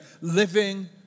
living